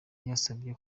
yasabye